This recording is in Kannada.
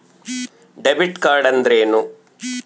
ಡೆಬಿಟ್ ಕಾರ್ಡ್ ಅಂದ್ರೇನು?